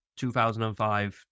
2005